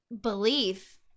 belief